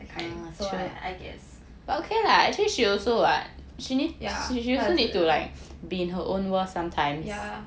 kind so I guess yeah